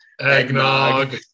eggnog